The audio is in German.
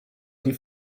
die